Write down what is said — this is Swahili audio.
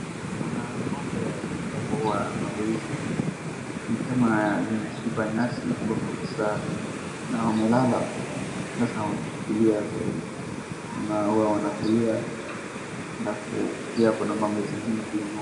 Kuna ng'ombe ambapo huwa ng'ombe hizi ni kama zimeshiba nyasi ambapo sasa na wamelala sasa wametulia tu wana huwa wanatulia alafu pia kuna ng'ombe zingine pale nyuma.